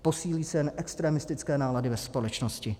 Posílí se jen extremistické nálady ve společnosti.